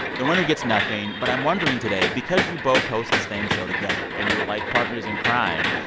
the winner gets nothing. but i'm wondering today because you both host the same show together, and you're like partners in crime,